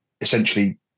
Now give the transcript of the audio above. essentially